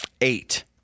eight